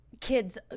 Kids